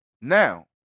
Now